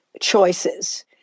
choices